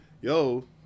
yo